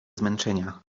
zmęczenia